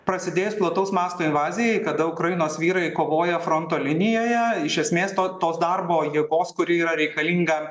prasidėjus plataus masto invazijai kada ukrainos vyrai kovoja fronto linijoje iš esmės to tos darbo jėgos kuri yra reikalinga